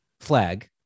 flag